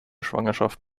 schwangerschaft